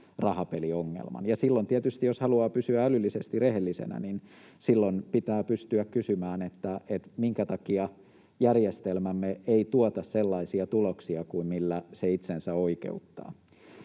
rahapeliongelman. Silloin tietysti, jos haluaa pysyä älyllisesti rehellisenä, pitää pystyä kysymään, minkä takia järjestelmämme ei tuota sellaisia tuloksia kuin millä se itsensä oikeuttaa.